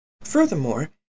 Furthermore